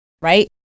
right